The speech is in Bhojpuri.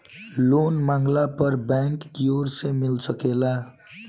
लोन मांगला पर बैंक कियोर से मिल सकेला